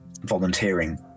volunteering